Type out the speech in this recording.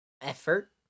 effort